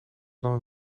dan